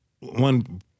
one